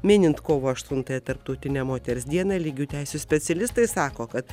minint kovo aštuntąją tarptautinę moters dieną lygių teisių specialistai sako kad